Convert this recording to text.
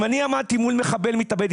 אם אני עמדתי מול מחבל מתאבד,